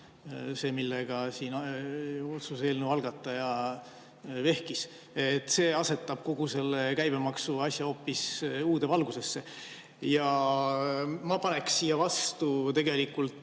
millega siin otsuse eelnõu algataja vehkis. See asetab kogu selle käibemaksuasja hoopis uude valgusesse. Ja ma paneks siia vastu tegelikult